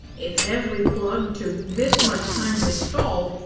if every plug took this much time to install,